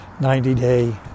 90-day